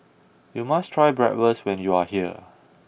you must try Bratwurst when you are here